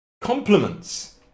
Compliments